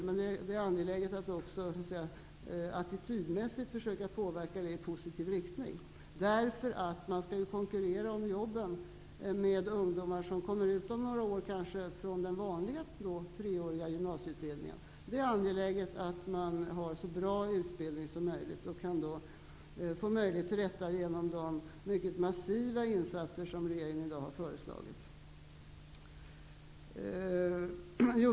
Men det är angeläget att även attitydmässigt påverka i positiv riktning. Dessa ungdomar skall ju om några år konkurrera om jobben med de ungdomar som kommer ut från den vanliga treåriga gymnasieutbildningen. Det är angeläget att få så bra utbildning som möjligt med hjälp av de massiva insatser som regeringen har föreslagit.